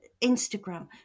Instagram